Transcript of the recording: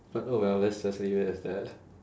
but oh well let's just leave it as that